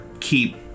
keep